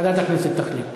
ועדת הכנסת תחליט.